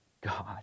God